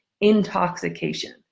intoxication